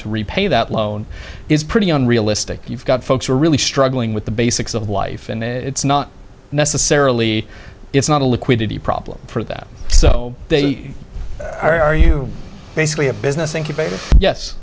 to repay that loan is pretty unrealistic you've got folks who are really struggling with the basics of life and it's not necessarily it's not a liquidity problem for that so they are you basically a business incubator yes